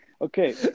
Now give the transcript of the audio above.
Okay